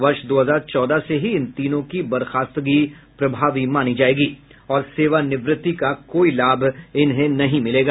वर्ष दो हजार चौदह से ही इन तीनों की बर्खास्तगी प्रभावी मानी जायेगी और सेवानिवृत्ति का कोई लाभ नहीं मिलेगा